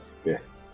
Fifth